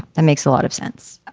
that makes a lot of sense.